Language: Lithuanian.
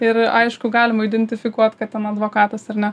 ir aišku galima identifikuoti kad ten advokatas ar ne